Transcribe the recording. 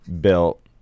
built